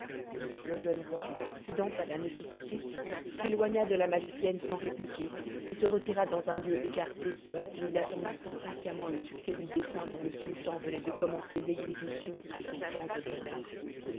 le jeune roi cédant à la nécessité s'éloigna de la magicienne sans répliquer et se retira dans un lieu écarté où il attendit impatiemment le succès du dessein dont le sultan venait de commencer l'exécution avec tant de bonheur